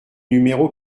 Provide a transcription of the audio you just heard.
numéro